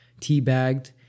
teabagged